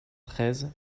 treize